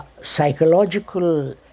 psychological